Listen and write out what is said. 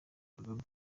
kagame